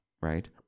right